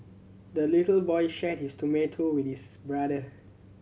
the little boy shared his tomato with his brother